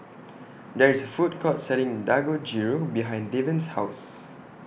There IS A Food Court Selling Dangojiru behind Devan's House